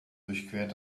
durchquert